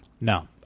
No